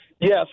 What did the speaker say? Yes